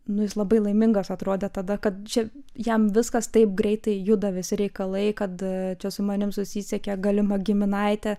nu jis labai laimingas atrodė tada kad čia jam viskas taip greitai juda visi reikalai kad čia su manim susisiekė galima giminaite